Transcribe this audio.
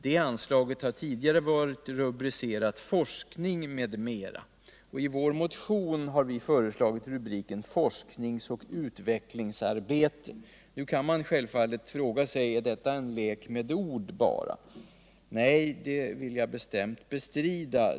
Det anslaget har tidigare varit rubricerat Forskning m.m., och i vår motion har vi föreslagit rubriken Forsknings och utvecklingsarbete. Nu kan självfallet frågan ställas: Är detta bara en lek med ord? Nej, det vill jag bestämt bestrida.